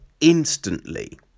instantly